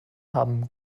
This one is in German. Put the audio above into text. haben